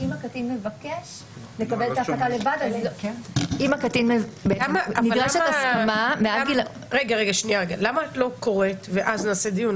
אם הקטין מבקש לקבל את ההחלטה לבד -- למה את לא קוראת ואז נעשה דיון?